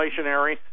inflationary